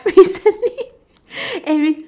recently every